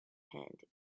hand